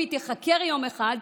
אם היא תיחקר יום אחד,